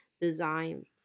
design